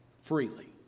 freely